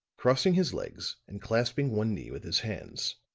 crossing his legs and clasping one knee with his hands.